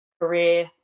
career